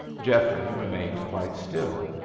geoffrey remained quite still.